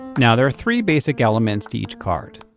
now there are three basic elements to each card.